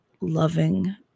loving